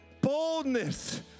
Boldness